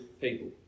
people